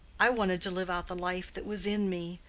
i wanted to live out the life that was in me,